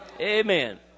Amen